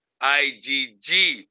IgG